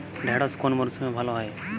ঢেঁড়শ কোন মরশুমে ভালো হয়?